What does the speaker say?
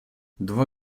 два